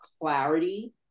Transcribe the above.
clarity